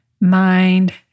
mind